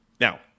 Now